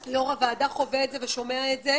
ראש הוועדה חווה את זה ושומע את זה,